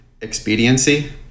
expediency